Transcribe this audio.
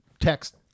text